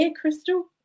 Crystal